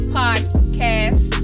podcast